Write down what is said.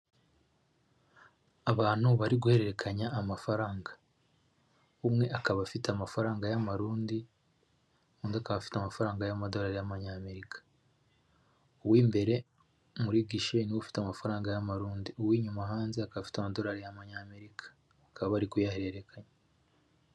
Abantu bari guhererekanya amafaranga umwe akaba afite amafaranga y'amarundi undi akaba afite amafaranga y'amadolari y'amanyamerika, uw'imbere muri gishe ni we ufite amafaranga y'amarundi uw'inyuma hanze aka afite amadolari y'amanyamerika bakaba bari kuyahererekanya.